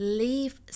leave